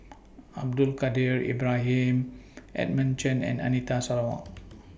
Abdul Kadir Ibrahim Edmund Chen and Anita Sarawak